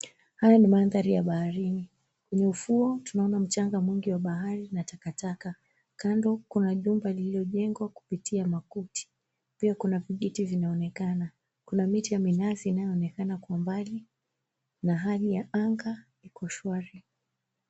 Haya ni mandhari ya baharini. Kwenye ufuo tunaona mchanga mwingi wa bahari na takataka. Kando kwa nyumba lililojengwa kupitia makuti, pia kuna viti vinaonekana. Kuna miti ya minazi inayoonekana kwa mbali na hali ya anga iko shwari.